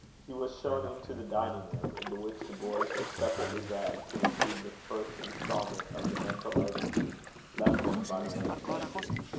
he was shown into the dining-room, into which the boys were separately dragged, to receive the first instalment of the mental legacy left them by their ancestors.